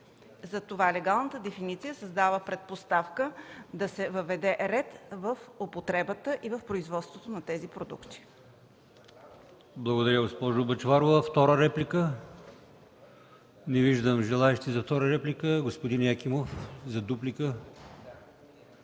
Затова легалната дефиниция създава предпоставка да се въведе ред в употребата и в производството на тези продукти.